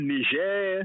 Niger